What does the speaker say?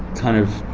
kind of,